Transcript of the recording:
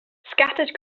scattered